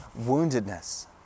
woundedness